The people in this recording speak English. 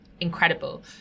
incredible